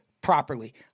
properly